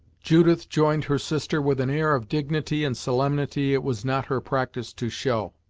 judith joined her sister with an air of dignity and solemnity it was not her practice to show,